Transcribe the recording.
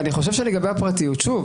לגבי הפרטיות שוב,